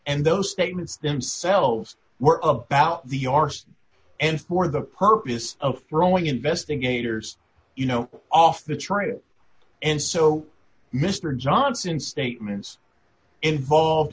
and those statements themselves were about the arse end for the purpose of throwing investigators you know off the trail and so mr johnson statements involved